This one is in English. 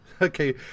okay